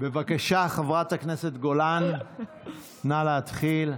בבקשה, חברת הכנסת גולן, נא להתחיל.